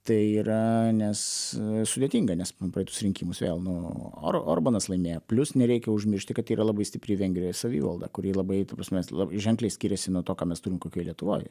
tai yra nes sudėtinga nes praeitus rinkimus vėl nu or orbanas laimėjo plius nereikia užmiršti kad tai yra labai stipri vengrijoj savivalda kuri labai ta prasme l ženkliai skiriasi nuo to ką mes turime kokioj lietuvoj